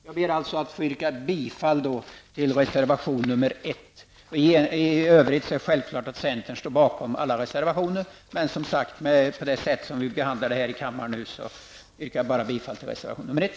Jag yrkar bifall till reservation nr 1. I övrigt står vi i centern själfallet bakom alla reservationer som vi har varit med om att underteckna. Av hänsyn till kammarens planering nöjer jag mig, som sagt, med att yrka bifall till reservation nr 1.